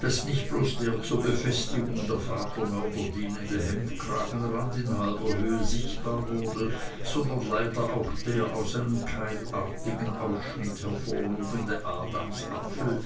daß nicht bloß der zur befestigung der vatermörder dienende hemdkragenrand in halber höhe sichtbar wurde sondern leider auch der aus einem keilartigen ausschnitt hervorlugende adamsapfel